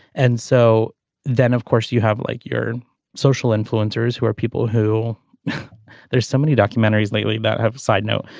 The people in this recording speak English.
and so then of course you have like your social influencers who are people who know there's so many documentaries lately that have a side note.